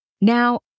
now